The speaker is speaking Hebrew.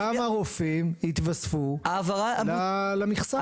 כמה רופאים התווספו למכסה?